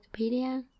Wikipedia